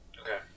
Okay